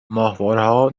ماهوارهها